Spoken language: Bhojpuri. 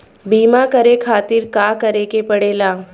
बीमा करे खातिर का करे के पड़ेला?